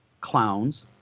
clowns